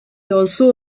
also